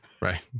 right